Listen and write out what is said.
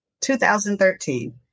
2013